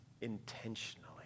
intentionally